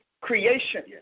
creation